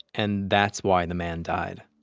and that's why the man died.